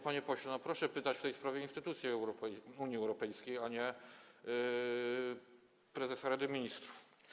Panie pośle, proszę pytać w tej sprawie instytucje Unii Europejskiej, a nie prezesa Rady Ministrów.